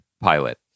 pilot